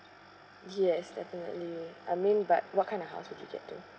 yes definitely I mean but what kind of house would you get though